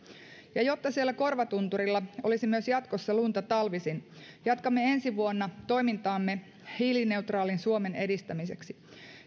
ja jotta siellä korvatunturilla olisi myös jatkossa lunta talvisin jatkamme ensi vuonna toimintaamme hiilineutraalin suomen edistämiseksi